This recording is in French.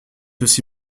aussi